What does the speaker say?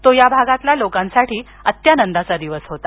तो या भागातील लोकांसाठी अत्यानंदाचा दिवस होता